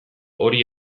hori